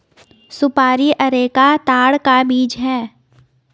सुपारी अरेका ताड़ का बीज है